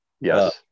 yes